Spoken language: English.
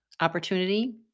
opportunity